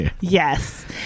Yes